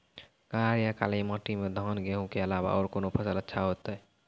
करार या काली माटी म धान, गेहूँ के अलावा औरो कोन फसल अचछा होतै?